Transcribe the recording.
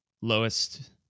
lowest